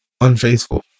unfaithful